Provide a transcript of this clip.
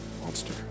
monster